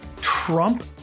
Trump